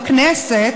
בכנסת,